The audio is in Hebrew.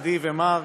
עדי ומרק,